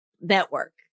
network